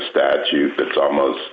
statue fits almost